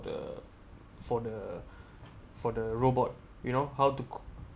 the for the for the robot you know how to coding